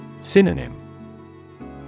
Synonym –